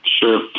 Sure